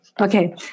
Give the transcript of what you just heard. Okay